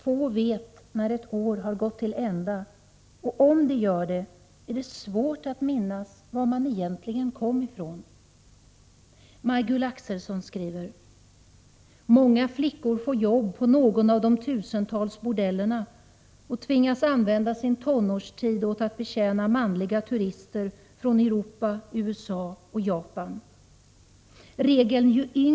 Få vet när ett år har gått till ända, och om de gör det är det svårt att minnas var man egentligen kom ifrån. Majgull Axelsson skriver: ”Många flickor får jobb på någon av de tusentals bordellerna och tvingas använda sin tonårstid åt att betjäna manliga turister från Europa, USA och Japan.